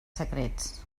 secrets